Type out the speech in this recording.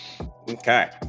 Okay